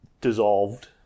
dissolved